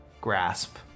grasp